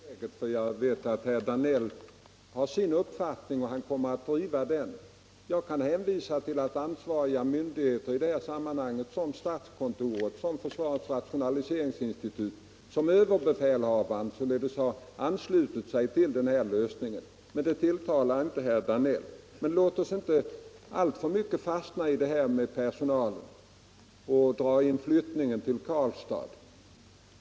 Herr talman! Det här skall bli mitt sista inlägg; jag vet att herr Danell har sin uppfattning och att han kommer att driva den. Jag kan hänvisa till att ansvariga myndigheter, såsom statskontoret, försvarets rationaliseringsinstitut och överbefälhavaren, har anslutit sig till den här lösningen, men den tilltalar inte herr Danell. Låt oss inte fastna alltför mycket i detta med personalen och flyttningen till Karlstad.